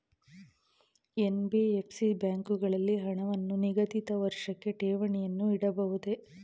NBFC ಬ್ಯಾಂಕುಗಳಲ್ಲಿ ಹಣವನ್ನು ನಿಗದಿತ ವರ್ಷಕ್ಕೆ ಠೇವಣಿಯನ್ನು ಇಡಬಹುದೇ?